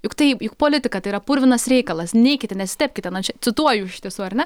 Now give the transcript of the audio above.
juk taip juk politika yra purvinas reikalas neikite nesitepkite na čia cituoju iš tiesų ar ne